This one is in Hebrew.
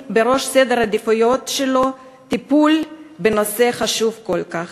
בראש סדר העדיפויות שלו טיפול בנושא חשוב כל כך?